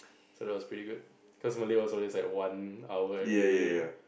so that was pretty good cause Malay was always like one hour everyday right